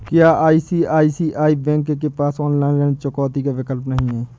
क्या ICICI bank के पास ऑनलाइन ऋण चुकौती का विकल्प नहीं है?